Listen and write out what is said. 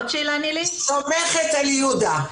סומכת על יהודה.